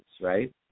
right